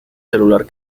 celular